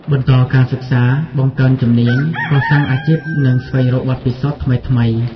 បន្តការសិក្សា បង្កើនជំនាញ កសាងអាជីព និងស្វែងរកបទពិសោធន៍ថ្មីៗ។